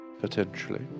potentially